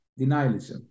denialism